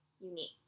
unique